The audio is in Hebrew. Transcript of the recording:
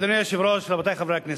אדוני היושב-ראש, רבותי חברי הכנסת,